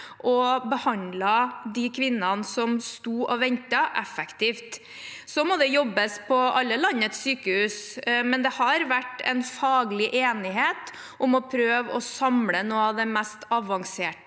og behandlet de kvinnene som sto og ventet. Det må jobbes på alle landets sykehus, men det har vært en faglig enighet om å prøve å samle noe av den mest avanserte